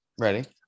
Ready